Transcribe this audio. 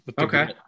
Okay